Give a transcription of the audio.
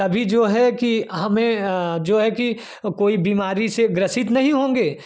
तभी जो है कि हमें जो है कि कोई बीमारी से ग्रसित नहीं होंगे